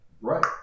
Right